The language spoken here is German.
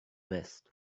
west